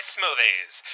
Smoothies